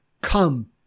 come